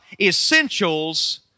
essentials